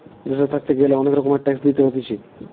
দেশে থাকতে গ্যালে অনেক রকমের ট্যাক্স দিতে হতিছে